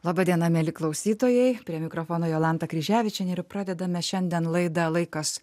laba diena mieli klausytojai prie mikrofono jolanta kryžiavičienė ir pradedame šiandien laidą laikas